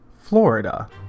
Florida